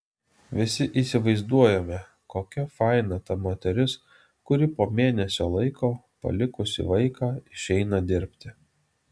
visi įsivaizduojame kokia faina ta moteris kuri po mėnesio laiko palikusi vaiką išeina dirbti